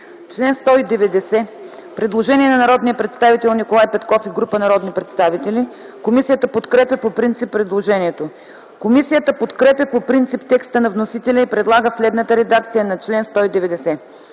Член 192 – предложение на народния представител Николай Петков и група народни представители. Комисията подкрепя по принцип предложението. Комисията подкрепя по принцип текста на вносителя и предлага следната редакция на чл. 192: